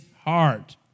heart